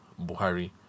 Buhari